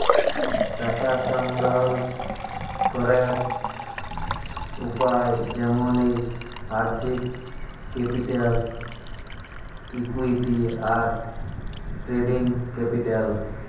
টাকা সংগ্রহল ক্যরের উপায় যেমলি আর্থিক ক্যাপিটাল, ইকুইটি, আর ট্রেডিং ক্যাপিটাল